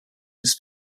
his